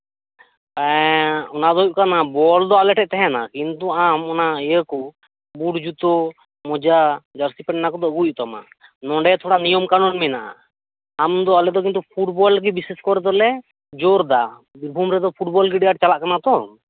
ᱚᱱᱟᱫᱚ ᱦᱩᱭᱩᱜ ᱠᱟᱱᱟ ᱵᱚᱞᱫᱚ ᱟᱞᱮᱴᱷᱮᱡ ᱛᱟᱦᱮᱱᱟ ᱠᱤᱱᱛᱩ ᱟᱢ ᱚᱱᱟ ᱤᱭᱟᱹᱠᱚ ᱵᱩᱴ ᱡᱩᱛᱟᱹ ᱢᱚᱡᱟ ᱡᱟᱹᱨᱥᱤ ᱯᱮᱱ ᱚᱱᱟᱠᱚᱫᱚ ᱟᱹᱜᱩᱭ ᱦᱩᱭᱩᱜ ᱛᱟᱢᱟ ᱱᱚᱰᱮ ᱛᱷᱚᱲᱟ ᱱᱤᱭᱚᱢ ᱠᱟᱱᱩᱱ ᱢᱮᱱᱟᱜᱼᱟ ᱟᱢᱫᱚ ᱟᱞᱮᱫᱚ ᱠᱤᱱᱛᱩ ᱯᱷᱩᱴᱵᱚᱞ ᱜᱮ ᱵᱤᱥᱮᱥ ᱠᱚᱨᱮ ᱫᱚᱞᱮ ᱡᱳᱨᱫᱟ ᱵᱤᱨᱵᱷᱩᱢ ᱨᱮᱫᱚ ᱯᱷᱩᱴᱵᱚᱞᱜᱮ ᱟᱹᱰᱤ ᱟᱸᱴ ᱪᱟᱞᱟᱜ ᱠᱟᱱᱟ ᱛᱚ